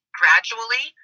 gradually